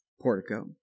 portico